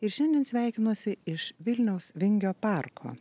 ir šiandien sveikinuosi iš vilniaus vingio parko